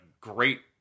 great